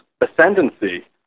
ascendancy